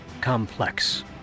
complex